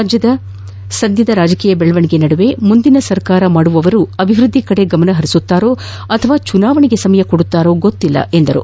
ರಾಜ್ಯದ ಸದ್ಯದ ರಾಜಕೀಯ ಬೆಳವಣೆಗೆಯ ನಡುವೆ ಮುಂದೆ ಸರ್ಕಾರ ಮಾಡುವವರು ಅಭಿವೃದ್ದಿ ಕಡೆ ಗಮನಹರಿಸುತ್ತಾರೋ ಅಥವಾ ಚುನಾವಣೆಗೆ ಸಮಯ ಕೊಡುತ್ತಾರೋ ಗೊತ್ತಿಲ್ಲ ಎಂದರು